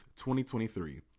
2023